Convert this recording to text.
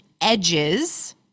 edges